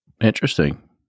Interesting